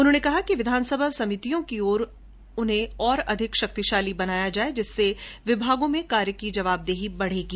उन्होने कहा कि विधानसभा समितियों को और अधिक शक्तिशाली बनाया जाये जिससे विभागों में कार्य की जवाबदेही बनेगी